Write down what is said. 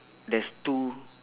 there's two